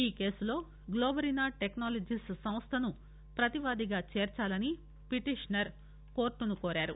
ఈ కేసులో గ్లోబరీనా టెక్సాలజీస్ సంస్థను ప్రతివాదిగా చేర్చాలని పిటిషనర్ కోర్టును కోరారు